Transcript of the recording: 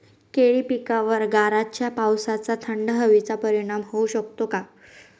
केळी पिकावर गाराच्या पावसाचा, थंड हवेचा परिणाम होऊ शकतो का?